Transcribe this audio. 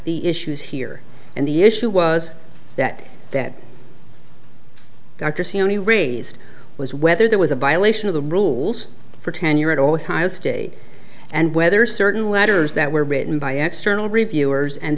the issues here and the issue was that that dr siani raised was whether there was a violation of the rules for tenure at ohio state and whether certain letters that were written by external reviewers and